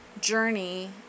journey